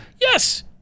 yes